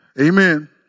Amen